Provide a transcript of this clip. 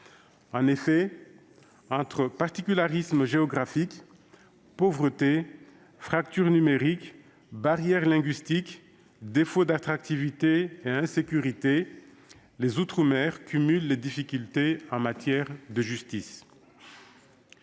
En effet, entre particularismes géographiques, pauvreté, fracture numérique, barrières linguistiques, défaut d'attractivité et insécurité, les outre-mer cumulent les difficultés en matière de justice.